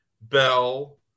Bell